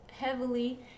heavily